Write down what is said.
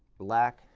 black,